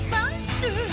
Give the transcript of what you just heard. Monster